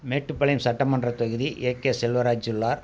மேட்டுப்பாளையம் சட்டமன்றத் தொகுதி A K Selvaraj உள்ளார்